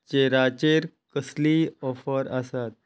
चेराचेर कसलीय ऑफर आसात